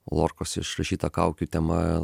lorkos išrašyta kaukių tema